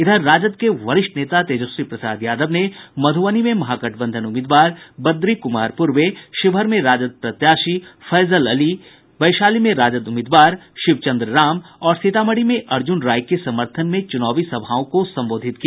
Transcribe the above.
इधर राजद के वरिष्ठ नेता तेजस्वी प्रसाद यादव ने मध्रबनी में महागठबंधन उम्मीदवार बद्री कुमार पूर्वे शिवहर में राजद प्रत्याशी फैजल अली वैशाली में राजद उम्मीदवार शिवचंद्र राम और सीतामढ़ी में अर्जुन राय के समर्थन में चुनावी सभा को संबोधित किया